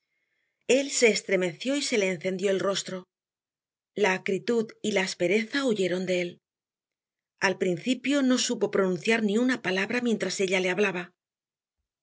él se estremeció y se le encendió el rostro la acritud y la aspereza huyeron de él al principio no supo pronunciar ni una palabra mientras ella le hablaba